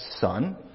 son